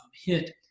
hit